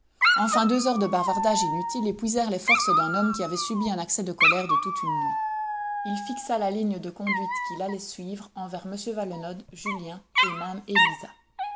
enfin deux heures de bavardage inutile épuisèrent les forces d'un homme qui avait subi un accès de colère de toute une nuit il fixa la ligne de conduite qu'il allait suivre envers m valenod julien et même élisa